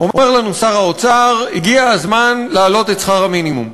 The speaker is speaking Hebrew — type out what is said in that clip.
אומר לנו שר האוצר: הגיע הזמן להעלות את שכר המינימום.